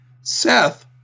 Seth